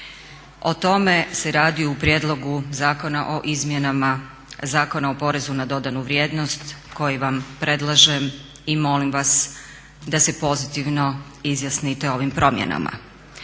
O tome se radi u prijedlogu Zakona o izmjenama Zakona o porezu na dodanu vrijednost koji vam predlažem i molim vas da se pozitivno izjasnite o ovim promjenama.